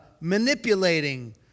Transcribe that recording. manipulating